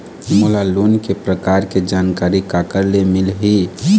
मोला लोन के प्रकार के जानकारी काकर ले मिल ही?